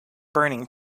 burning